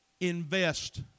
Invest